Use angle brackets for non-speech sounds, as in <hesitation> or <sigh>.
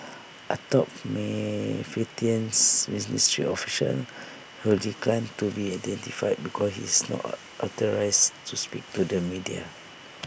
A top may <unintelligible> ministry official who declined to be identified because he is not <hesitation> authorised to speak to the media